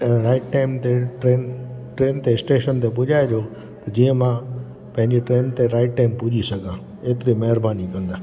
right time ते train train ते station ते पुॼाइजो त जीअं मां पंहिंजी ट्रेन ते राइट टाइम पुॼी सघां एतिरी महिरबानी कंदा